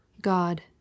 God